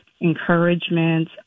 encouragement